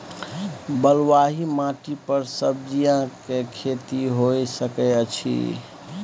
बलुआही माटी पर सब्जियां के खेती होय सकै अछि?